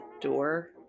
door